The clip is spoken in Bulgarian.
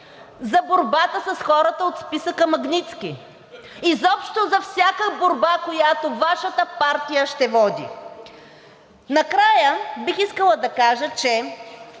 за борбата с хората от списъка „Магнитски“, изобщо за всякаква борба, която Вашата партия ще води. Накрая бих искала да кажа, че